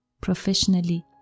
professionally